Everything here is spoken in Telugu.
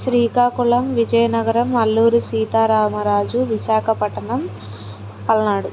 శ్రీకాకుళం విజయనగరం అల్లూరి సీతారామరాజు విశాఖపట్టణం పల్నాడు